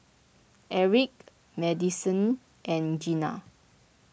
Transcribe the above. Erik Madisyn and Jena